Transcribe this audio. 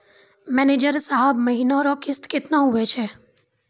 manager साहब महीना रो किस्त कितना हुवै छै